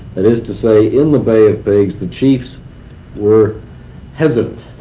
that is to say, in the bay of pigs the chiefs were hesitant